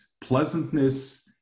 pleasantness